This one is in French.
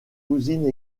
cousine